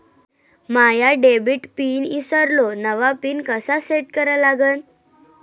माया debit pin ईसरलो, नवा pin कसा सेट करा लागन?